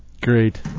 Great